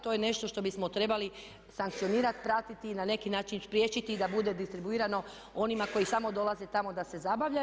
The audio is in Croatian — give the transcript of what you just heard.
To je nešto što bismo trebali sankcionirati, pratiti i na neki način spriječiti da bude distribuirano onima koji samo dolaze tamo da se zabavljaju.